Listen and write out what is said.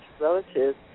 relative